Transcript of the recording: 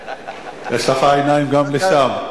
כשיוצאים ופונים ימינה, יש לך עיניים גם שם.